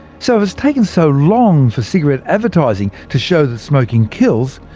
so if it's taken so long for cigarette advertising to show that smoking kills,